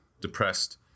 depressed